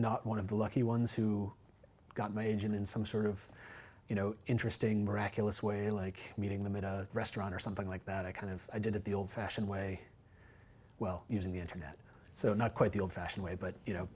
not one of the lucky ones who got my engine in some sort of you know interesting miraculous way like meeting them in a restaurant or something like that i kind of did it the old fashioned way well using the internet so not quite the old fashioned way but you know